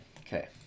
Okay